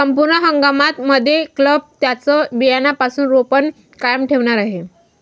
पूर्ण हंगाम मध्ये क्लब त्यांचं बियाण्यापासून रोपण कायम ठेवणार आहे